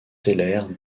stellaire